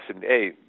hey